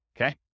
okay